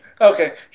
Okay